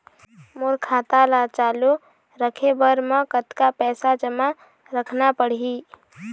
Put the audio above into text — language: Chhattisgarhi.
मोर खाता ला चालू रखे बर म कतका पैसा जमा रखना पड़ही?